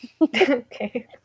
Okay